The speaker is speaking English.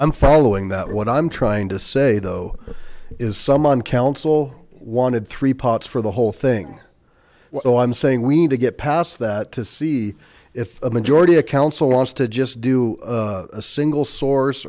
i'm following that what i'm trying to say though is some on council wanted three parts for the whole thing what i'm saying we need to get past that to see if a majority a council wants to just do a single source